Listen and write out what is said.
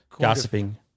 gossiping